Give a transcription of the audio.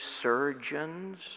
surgeons